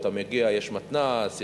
יש מתנ"ס,